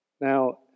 Now